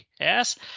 Yes